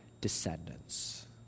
descendants